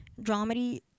dramedy